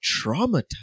traumatized